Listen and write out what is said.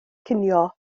cinio